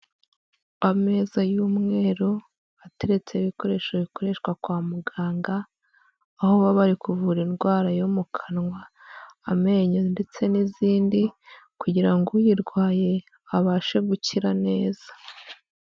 Ameza y'umweru, ateretseho ibikoresho bikoreshwa kwa muganga, aho baba bari kuvura indwara yo mu kanwa, amenyo ndetse n'izindi, kugira ngo uyirwaye abashe gukira neza.